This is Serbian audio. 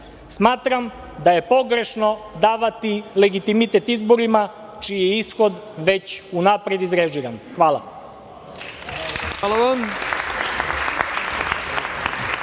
Smatram da je pogrešno davati legitimitet izborima čiji je ishod već unapred izrežiran. Hvala.